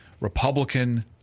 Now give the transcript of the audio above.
Republican